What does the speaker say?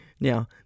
Now